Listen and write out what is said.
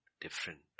different